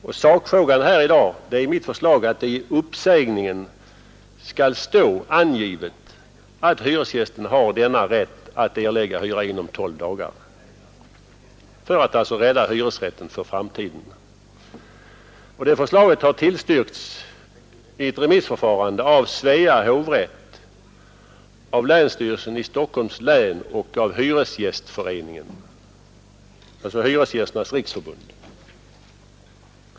Och sakfrågan här i dag gäller mitt förslag att det i uppsägningen skall stå angivet att hyresgästen har denna rätt att erlägga hyra inom tolv dagar för att alltså rädda hyresrätten för framtiden. Det förslaget har tillstyrkts i remissvar från Svea hovrätt, länsstyrelsen i Stockholms län och Hyresgästernas riksförbund.